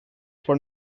for